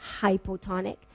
hypotonic